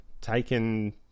taken